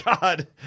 God